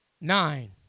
nine